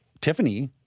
Tiffany